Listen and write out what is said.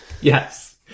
yes